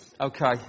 Okay